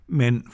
men